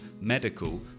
medical